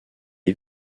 est